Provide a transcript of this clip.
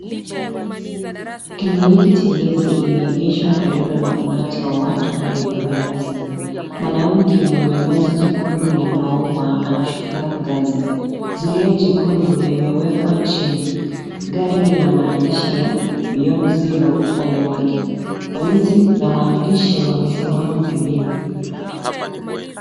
Kliniki tembezi imeegeshwa karibu na umati wa watu waliovaa rasmi. Mwanamke mwenye vazi jekundu la maua anashuka ngazi. Zulia jekundu limewekwa chini. Gari lina maandishi ya Beyond Zero upande wake. Walinzi na waandishi wamesimama pembeni .